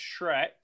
Shrek